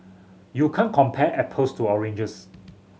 you can't compare apples to oranges